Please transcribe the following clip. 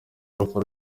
alpha